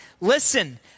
Listen